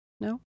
No